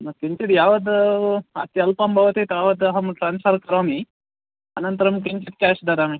न किञ्चित् यावत् अत्यल्पं भवति तावद् अहं ट्रान्स्फर् करोमि अनन्तरं किञ्चित् केश् ददामि